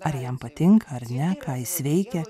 ar jam patinka ar ne ką jis veikia